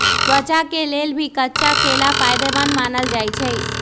त्वचा के लेल भी कच्चा केला फायेदेमंद मानल जाई छई